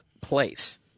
Place